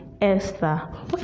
Esther